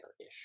ish